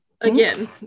again